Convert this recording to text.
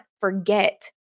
forget